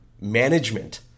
management